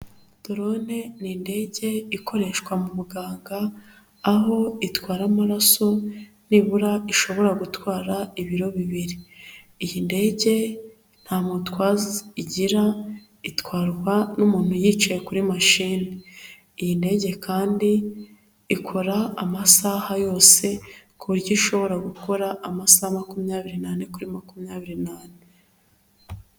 Dorone ni indege ikoreshwa mu muganga, aho itwara amaraso, nibura ishobora gutwara ibiro bibiri, iyi ndege nta mutwaza igira, itwarwa n'umuntu yicaye kuri mashine, iyi ndege kandi ikora amasaha yose kuburyo ishobora gukora amasaha makumyabiri n'ane kuri makumyabiri n'ane.